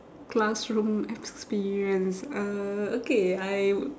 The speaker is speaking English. classroom experience uh okay I would